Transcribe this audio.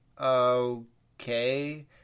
okay